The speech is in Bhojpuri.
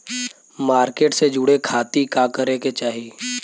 मार्केट से जुड़े खाती का करे के चाही?